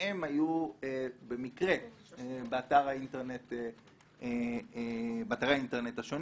שניהם היו במקרה באתרי האינטרנט השונים.